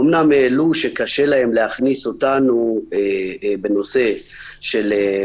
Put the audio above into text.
אמנם העלו שקשה להם להכניס אותנו בנושא ההשוואה